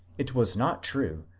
it was not true,